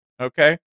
Okay